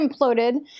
imploded